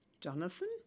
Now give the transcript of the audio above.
Jonathan